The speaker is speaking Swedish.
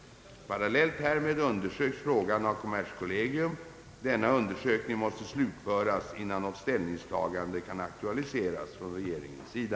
Parallellt härmed undersöks frågan av kommerskollegium. Denna undersökning måste slutföras innan något ställningstagande kan aktualiseras från regeringens sida.